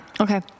Okay